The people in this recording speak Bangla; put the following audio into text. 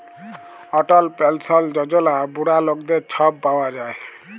অটল পেলসল যজলা বুড়া লকদের ছব পাউয়া যায়